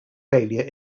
failure